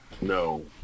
No